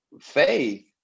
faith